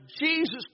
Jesus